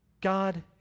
God